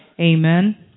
Amen